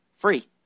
Free